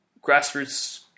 Grassroots